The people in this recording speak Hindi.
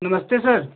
नमस्ते सर